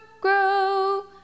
grow